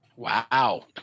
Wow